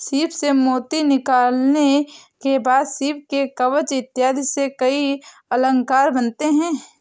सीप से मोती निकालने के बाद सीप के कवच इत्यादि से कई अलंकार बनते हैं